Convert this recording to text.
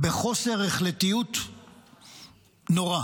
בחוסר החלטיות נורא.